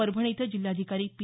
परभणी इथं जिल्हाधिकारी पी